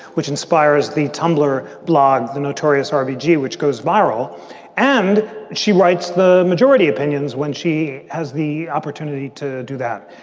which inspires the tumblr blog, the notorious r b g. which goes viral and she writes the majority opinions when she has the opportunity to do that.